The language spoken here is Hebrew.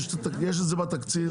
יש את זה בתקציב,